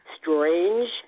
strange